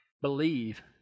Believe